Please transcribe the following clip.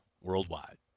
worldwide